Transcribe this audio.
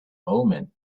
omen